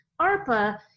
ARPA